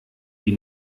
die